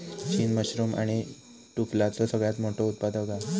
चीन मशरूम आणि टुफलाचो सगळ्यात मोठो उत्पादक हा